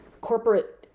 corporate